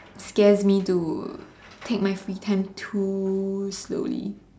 scares me to take my free time too slowly